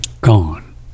gone